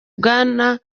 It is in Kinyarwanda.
bwa